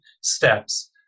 steps